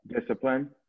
discipline